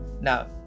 Now